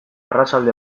arratsalde